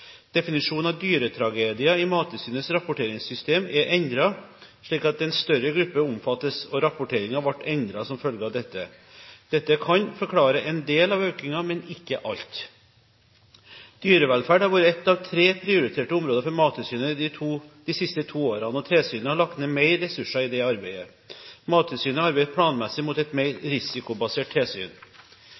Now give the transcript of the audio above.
Definisjonen av «dyretragedier» i Mattilsynets rapporteringssystem er endret, slik at en større gruppe omfattes, og rapporteringen ble endret som følge av dette. Dette kan forklare en del av økningen, men ikke alt. Dyrevelferd har vært ett av tre prioriterte områder for Mattilsynet de siste to årene, og tilsynet har lagt ned mer ressurser i dette arbeidet. Mattilsynet arbeider planmessig mot et mer risikobasert tilsyn.